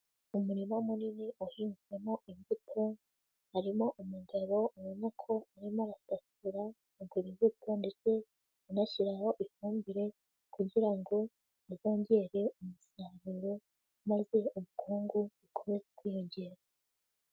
Umurima munini uhinzemo imbuto, harimo umugabo ubona ko arimo arasasira urwo rubuto ndetse anashyiraho ifumbire kugira ngo zizongere umusaruro, maze ubukungu bukomeze kwiyongera.